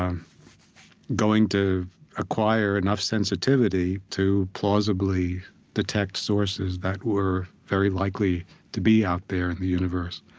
um going to acquire enough sensitivity to plausibly detect sources that were very likely to be out there in the universe.